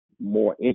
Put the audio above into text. more